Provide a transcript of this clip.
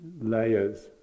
layers